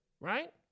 right